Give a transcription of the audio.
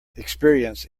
experience